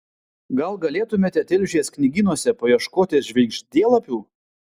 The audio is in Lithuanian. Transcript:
gal galėtumėte tilžės knygynuose paieškoti žvaigždėlapių